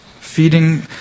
feeding